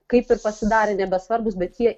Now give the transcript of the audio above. kaip ir pasidarė nebesvarbūs bet jie